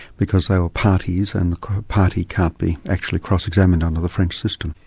because they were parties and the party can't be actually cross-examined under the french system.